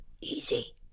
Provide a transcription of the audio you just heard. Easy